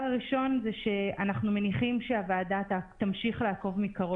מניחים שהוועדה תמשיך לעקוב,